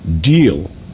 deal